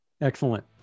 Excellent